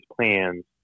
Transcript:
plans